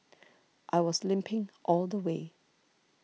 I was limping all the way